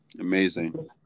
Amazing